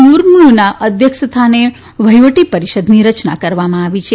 મુર્મુના અધ્યક્ષ સ્થાને વહીવટી પરીષદની રચના કરવામાં આવી છે